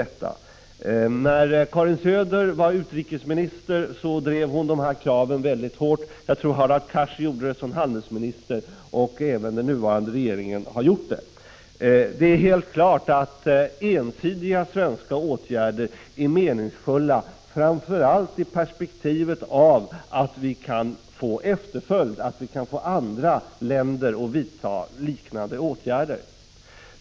1985/86:53 var utrikesminister drev hon de här kraven väldigt hårt, jag tror att Hadar 17 december 1985 Cars gjorde det som handelsminister, och även den nuvarande regeringen = Jur og a or har gjort det. Det är helt klart att ensidiga och svenska åtgärder är meningsfulla framför allt i perspektivet av att vi kan få andra länder att vidta liknande åtgärder.